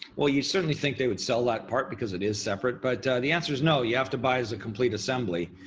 well, you certainly think they would sell that part because it is separate. but the answer is no. you have to buy as a complete assembly,